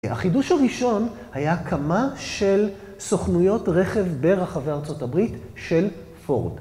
החידוש הראשון היה הקמה של סוכנויות רכב ברחבי ארה״ב, של פורד.